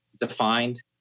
defined